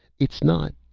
it's not,